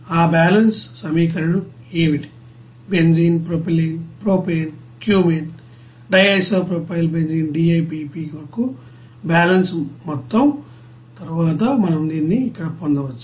ఆ బ్యాలెన్స్ సమీకరణం ఏమిటి benzene propylene propane cumene DIPB కొరకు బ్యాలెన్స్ మొత్తం తరువాత మనం దీనిని ఇక్కడ పొందవచ్చు